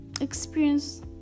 experience